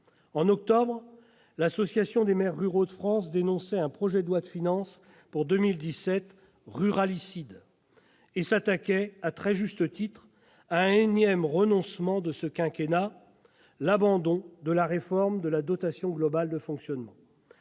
En octobre, l'Association des maires ruraux de France dénonçait un projet de loi de finances pour 2017 « ruralicide » et s'attaquait, à très juste titre, à un énième renoncement de ce quinquennat : l'abandon de la réforme de la dotation globale de fonctionnement,